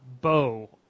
bow